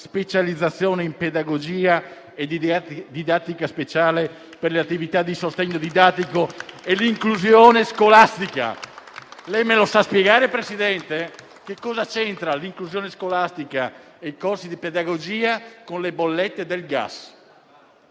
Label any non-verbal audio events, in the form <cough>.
specializzazione in pedagogia e didattica speciale per le attività di sostegno didattico e l'inclusione scolastica? <applause> Me lo sa spiegare, Presidente? Cosa c'entrano l'inclusione scolastica e i corsi di pedagogia con le bollette del gas?